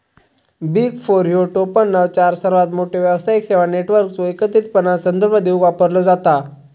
big four ह्यो टोपणनाव चार सर्वात मोठ्यो व्यावसायिक सेवा नेटवर्कचो एकत्रितपणान संदर्भ देवूक वापरलो जाता